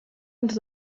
ens